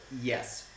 yes